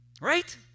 Right